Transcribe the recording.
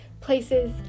places